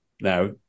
Now